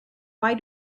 why